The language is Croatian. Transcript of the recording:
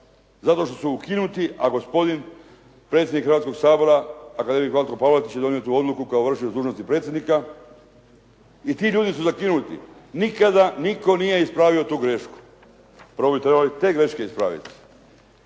zato što su ukinuti a gospodin predsjednik Hrvatskoga sabora akademik Vlatko Pavletić je donio tu odluku koja …/Govornik se ne razumije./… dužnosti predsjednika i ti ljudi su zakinuti. Nikada nitko nije ispravio tu grešku. Prvo bi trebali te greške ispraviti